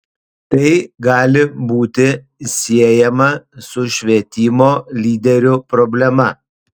tai gali būti siejama su švietimo lyderių problema